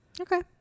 okay